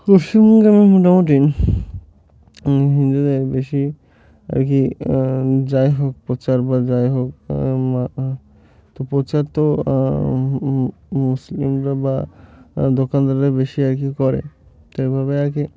পশ্চিমবঙ্গে মোটামুটি মানে হিন্দুদের বেশি আর কি যাই হোক প্রচার বা যাই হোক তো প্রচার তো মুসলিমরা বা দোকানদাররা বেশি আর কি করে তো এভাবে আর কি